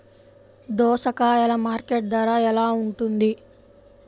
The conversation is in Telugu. దోసకాయలు మార్కెట్ ధర ఎలా ఉంటుంది?